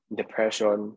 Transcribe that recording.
depression